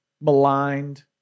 maligned